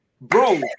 bro